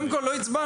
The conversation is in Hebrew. קודם כל, לא הצבענו.